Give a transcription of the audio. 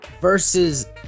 versus